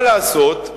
מה לעשות,